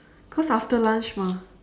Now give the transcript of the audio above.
cause after lunch mah